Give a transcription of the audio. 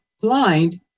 blind